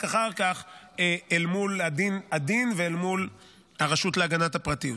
אחר כך אל מול הדין ואל מול הרשות להגנת הפרטיות.